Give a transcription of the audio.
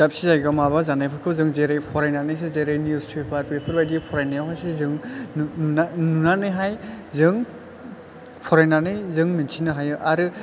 दाबसे जायगायाव माबा जानायफोरखौ जों जेरै फरायनानैसो जेरै निउस पेफार बेफोरबायदि फरायनायावहायसो जों नुनानैहाय जों फरायनानै जों मोनथिनो हायो आरो